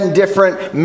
different